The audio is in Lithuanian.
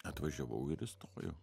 atvažiavau ir įstojau